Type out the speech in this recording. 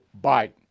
Biden